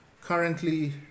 currently